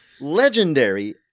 legendary